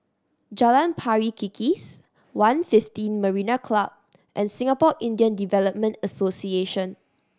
Jalan Pari Kikis One Fifteen Marina Club and Singapore Indian Development Association